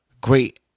great